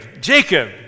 Jacob